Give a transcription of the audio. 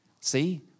See